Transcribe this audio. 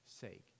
sake